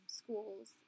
schools